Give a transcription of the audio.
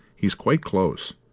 he's quite close.